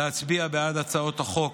להצביע בעד הצעות החוק,